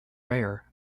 rare